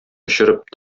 очырып